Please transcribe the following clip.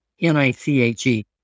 N-I-C-H-E